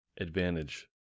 advantage